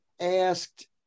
asked